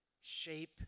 shape